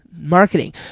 marketing